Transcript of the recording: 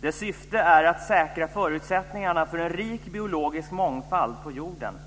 Dess syfte är att säkra förutsättningarna för en rik biologisk mångfald på jorden.